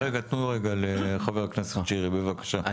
תנו לחבר הכנסת שירי, בבקשה.